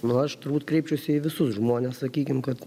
nu o aš turbūt kreipčiausi į visus žmones sakykim kad